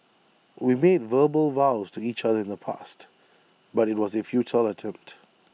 we made verbal vows to each other in the past but IT was A futile attempt